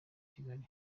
kigali